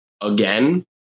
again